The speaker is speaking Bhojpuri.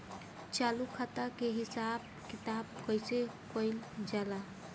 चालू खाता के हिसाब किताब कइसे कइल जाला?